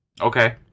Okay